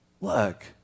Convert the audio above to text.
look